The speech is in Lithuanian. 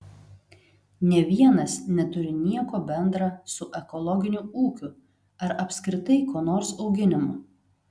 nė vienas neturi nieko bendra su ekologiniu ūkiu ar apskritai ko nors auginimu